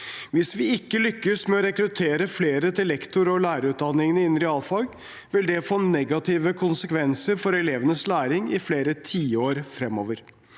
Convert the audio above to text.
Hvis vi ikke lykkes med å rekruttere flere til lektor- og lærerutdanningene innen realfag, vil det få negative konsekvenser for elevenes læring i flere tiår fremover.